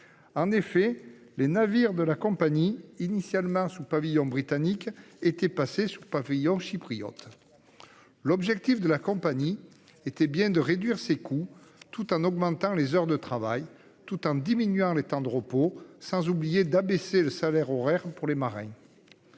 Les navires de la compagnie, initialement sous pavillon britannique, étaient passés sous pavillon chypriote. L'objectif de la compagnie était bien de réduire ses coûts en augmentant le temps de travail, en diminuant les temps de repos et en abaissant le salaire horaire des marins.